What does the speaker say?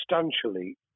substantially